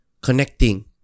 connecting